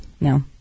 No